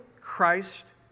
Christ